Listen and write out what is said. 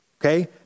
Okay